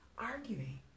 Arguing